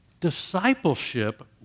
discipleship